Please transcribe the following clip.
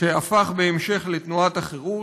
שהפך בהמשך לתנועת החירות.